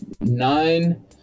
Nine